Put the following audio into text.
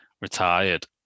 retired